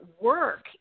work